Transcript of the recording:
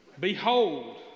Behold